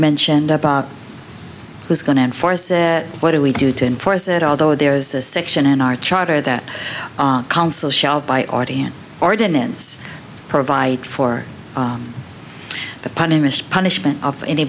mentioned that bot who's going to enforce it what do we do to enforce it although there is a section in our charter that council shall by audience ordinance provide for the punished punishment of any